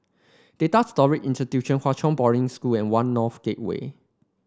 Data Storage Institute Hwa Chong Boarding School and One North Gateway